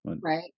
Right